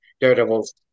Daredevil's